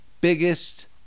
biggest